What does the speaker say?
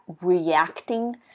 reacting